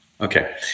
Okay